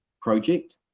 project